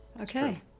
Okay